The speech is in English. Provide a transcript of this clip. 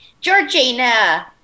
Georgina